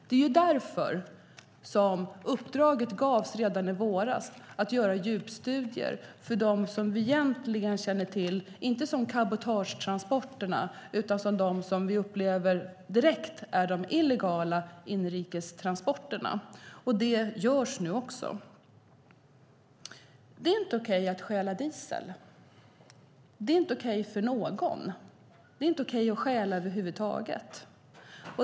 Det är därför som uppdraget gavs redan i våras att göra djupstudier av dem som vi inte upplever som cabotagetransporter utan som illegala inrikestransporter. Det görs nu också. Det är inte okej att stjäla diesel. Det är inte okej för någon. Det är inte okej att stjäla över huvud taget.